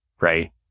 right